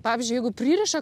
pavyzdžiui jeigu pririša